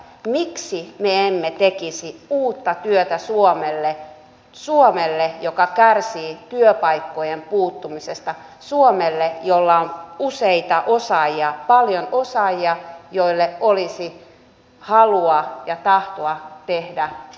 miksi me emme tekisi uutta työtä suomelle suomelle joka kärsii työpaikkojen puuttumisesta suomelle jolla on useita osaajia paljon osaajia joilla olisi halua ja tahtoa tehdä töitä